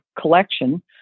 collection